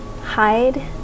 hide